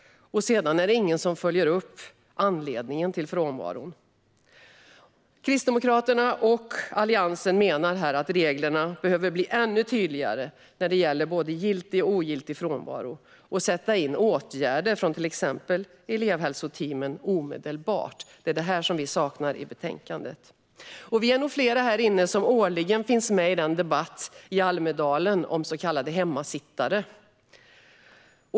Sedan är det ingen som följer upp anledningen till frånvaron. Kristdemokraterna och Alliansen menar att reglerna behöver bli ännu tydligare när det gäller både giltig och ogiltig frånvaro så att åtgärder från till exempel elevhälsoteamet sätts in omedelbart. Det är detta vi saknar i betänkandet. Vi är nog flera här inne som årligen deltar i debatten i Almedalen om våra så kallade hemmasittare.